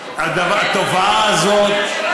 למה הבאתם אותם לשם?